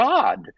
God